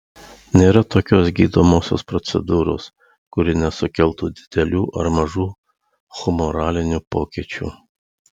nėra tokios gydomosios procedūros kuri nesukeltų didelių ar mažų humoralinių pokyčių